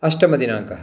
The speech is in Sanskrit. अष्टमदिनाङ्कः